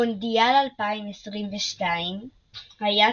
מונדיאל 2022 בערבית كأس العالم لكرة القدم ٢٠٢٢; בתעתיק מדויק לעברית